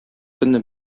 көнне